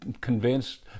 convinced